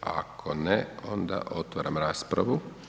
Ako ne, onda otvaram raspravu.